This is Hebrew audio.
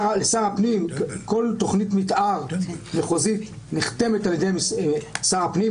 כל תוכנית מתאר מחוזית נחתמת על ידי שר הפנים,